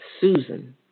Susan